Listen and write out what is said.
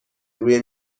روی